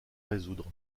résoudre